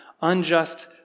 unjust